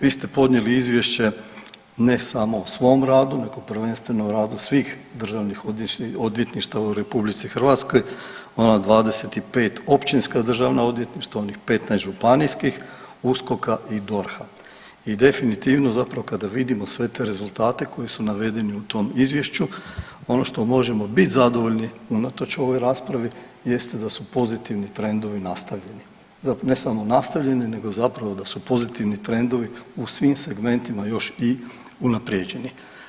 Vi ste podnijeli izvješće ne samo o svom radu nego prvenstveno o radu svih državnih odvjetništava u RH ona 25 općinska državna odvjetništva, onih 15 županijskih, USKOK-a i DORH-a i definitivno kada vidimo sve te rezultate koji su navedeni u tom izvješću ono što možemo bit zadovoljni unatoč ovoj raspravi jeste da su pozitivni trendovi nastavljeni, ne samo nastavljeni nego zapravo da su pozitivni trendovi u svim segmentima još i unaprijeđeni.